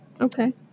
Okay